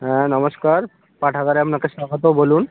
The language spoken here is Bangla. হ্যাঁ নমস্কার পাঠাগারে আপনাকে স্বাগত বলুন